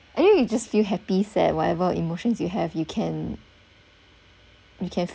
and then you just feel happy sad whatever emotions you have you can you can